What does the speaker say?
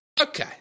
Okay